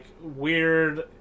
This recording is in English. weird